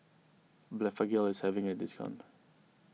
Blephagel is having a discount